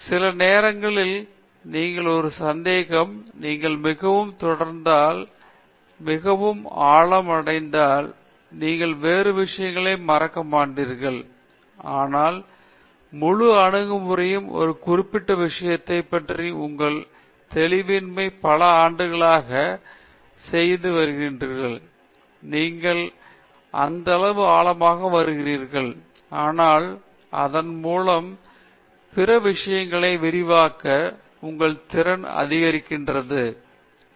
எனவே சில நேரங்களில் நீங்கள் ஒரு சந்தேகம் நீங்கள் மிகவும் தொடர்ந்தால் நீங்கள் மிகவும் ஆழம் அடைந்தால் நீங்கள் வேறு விஷயங்களையும் மறக்க மாட்டீர்கள் ஆனால் முழு அணுகுமுறையும் ஒரு குறிப்பிட்ட விஷயத்தைப் பற்றி உங்கள் தெளிவின்மை பல ஆண்டுகளாக ஒரு தபாஸ் செய்து வருகிறீர்கள் நீங்கள் அந்தளவு ஆழமாக வருகிறீர்கள் ஆனால் அந்த ஆழம் மூலம் தரிசனம் அல்லது பார்வை வருகிறது பிற விஷயங்களை விரிவாக்க உங்கள் திறனை அதிகரிக்கிறது உன்னுடன் நிறுத்த